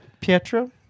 Pietro